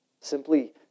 simply